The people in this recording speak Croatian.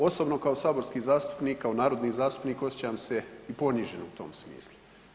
Osobno kao saborski zastupnik, kao narodni zastupnik osjećam se poniženo u tom smislu.